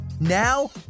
Now